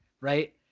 right